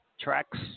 Tracks